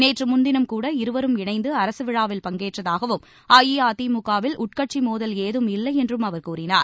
நேற்று முன்தினம் கூட இருவரும் இணைந்து அரசு விழாவில் பங்கேற்றதாகவும் அஇஅதிமுகவில் உட்கட்சி மோதல் ஏதும் இல்லை என்றும் அவர் கூறினார்